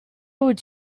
would